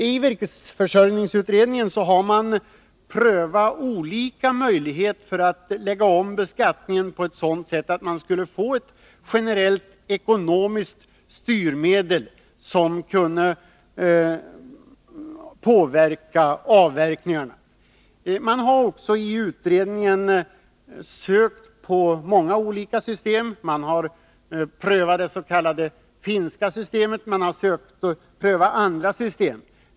I virkesförsörjningsutredningen har man prövat olika möjligheter att lägga om beskattningen på sådant sätt att man skulle få ett generellt ekonomiskt styrmedel som kunde påverka avverkningen. Utredningen har också sett på många olika system. Man har prövat det s.k. finska systemet, och man har sökt pröva andra system.